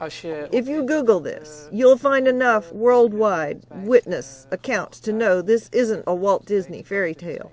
if you google this you'll find enough world wide witness accounts to know this isn't a walt disney fairy tale